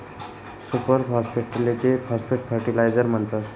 super फास्फेटलेच phosphate fertiliser म्हणतस